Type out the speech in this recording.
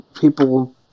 people